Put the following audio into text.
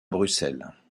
bruxelles